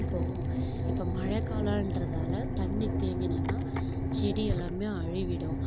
போவோம் இப்போ மழை காலகிறதால தண்ணி தேங்கி நின்றா செடி எல்லாமே அழுகிடும்